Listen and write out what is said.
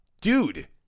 dude